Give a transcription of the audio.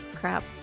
crap